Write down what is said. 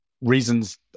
reasons